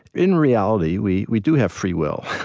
in reality, we we do have free will.